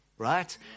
Right